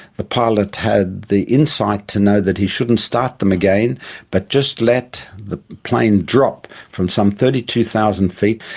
the pilot had the insight to know that he shouldn't start them again but just let the plane drop from some thirty two thousand feet,